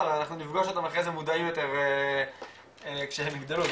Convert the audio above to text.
אנחנו נפגשים אותם אחרי זה מודעים יותר כשהם יגדלו.